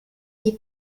die